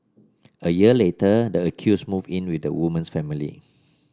a year later the accused moved in with the woman's family